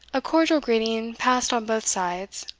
a cordial greeting passed on both sides.